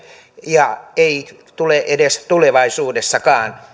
ja ei tule edes tulevaisuudessakaan